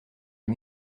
les